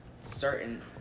certain